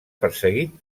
perseguit